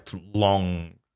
long